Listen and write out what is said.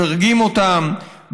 מדרגים אותם,